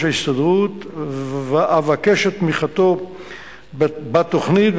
ההסתדרות ואבקש את תמיכתו בתוכנית,